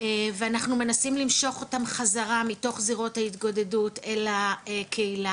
ואנחנו מנסים למשוך אותם חזרה מתוך זירות ההתגודדות אל הקהילה,